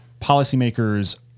policymakers